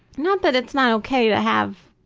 not that it's not ok to have,